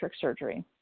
surgery